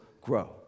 grow